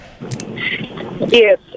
Yes